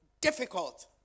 difficult